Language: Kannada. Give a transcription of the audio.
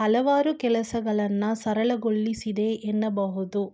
ಹಲವಾರು ಕೆಲಸಗಳನ್ನ ಸರಳಗೊಳಿಸಿದೆ ಎನ್ನಬಹುದು